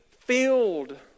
filled